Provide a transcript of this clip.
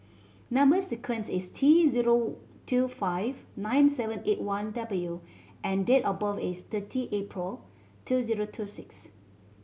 number sequence is T zero two five nine seven eight one W and date of birth is thirty April two zero two six